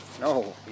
No